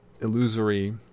illusory